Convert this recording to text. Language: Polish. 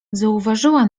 zauważyła